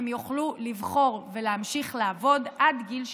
הם יוכלו לבחור ולהמשיך לעבוד עד גיל 71?